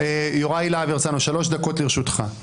יוראי להב הרצנו, שלוש דקות לרשותך.